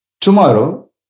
Tomorrow